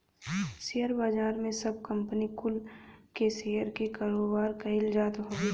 share बाजार में सब कंपनी कुल के शेयर के कारोबार कईल जात हवे